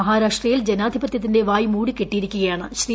മഹാരാഷ്ട്രയിൽ ജനാധിപതൃത്തിന്റെ വായ്മൂടിക്കെട്ടിയിരിക്കുകയാണെന്ന് ശ്രീ